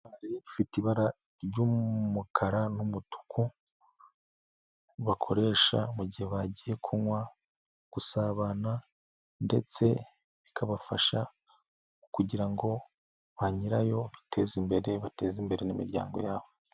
Ifite ibara ry'umukara n'umutuku, bakoresha mu gihe bagiye kunywa gusabana, ndetse bikabafasha kugira ngo ba nyirayo ba biteze imbere bateze imbere n'imiryango yabo.